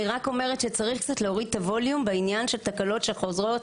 צריך להוריד את הווליום בעניין של התקלות שחוזרות